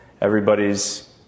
everybody's